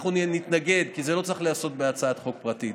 אנחנו נתנגד כי זה לא צריך להיעשות בהצעת חוק פרטית,